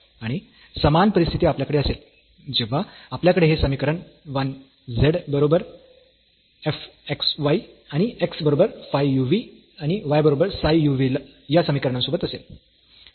आणि समान परिस्थिती आपल्याकडे असेल जेव्हा आपल्याकडे हे समीकरण 1 z बरोबर f x y आणि x बरोबर फाय u v आणि y बरोबर साय u v या समीकरणांसोबत असेल